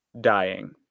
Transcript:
dying